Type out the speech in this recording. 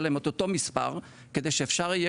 יהיה להם את אותו מספר כדי שאפשר יהיה